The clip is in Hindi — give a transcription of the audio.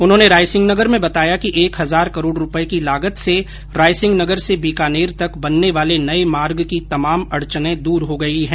उन्होंने रायसिंहनगर में बताया कि एक हजार करोड़ रूपये की लागत से रायसिंहनगर से बीकानेर तक बनने वाले नये मार्ग की तमाम अड़चनें दूर हो गई हैं